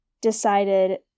decided